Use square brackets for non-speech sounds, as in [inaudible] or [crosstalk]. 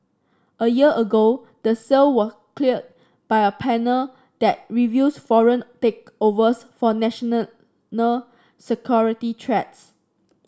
a year ago the sale were cleared by a panel that reviews foreign takeovers for national [unintelligible] security threats